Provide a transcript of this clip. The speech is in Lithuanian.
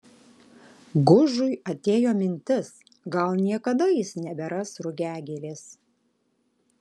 gužui atėjo mintis gal niekada jis neberas rugiagėlės